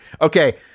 okay